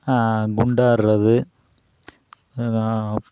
குண்டாடுறது